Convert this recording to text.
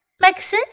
Max